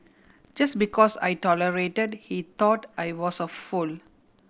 just because I tolerated he thought I was a fool